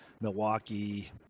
Milwaukee